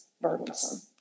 burdensome